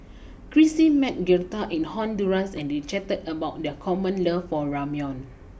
Krissy met Girtha in Honduras and they chatted about their common love for Ramyeon